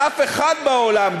אף אחד בעולם,